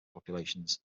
populations